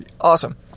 Awesome